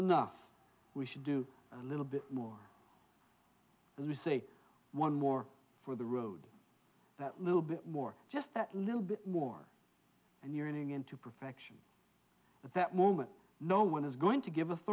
enough we should do a little bit more as we say one more for the road that little bit more just that little bit more and you're going into perfection at that moment no one is going to give